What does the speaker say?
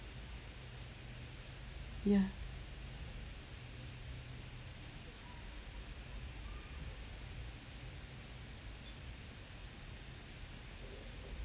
ya